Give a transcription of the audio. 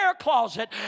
closet